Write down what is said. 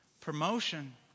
Promotion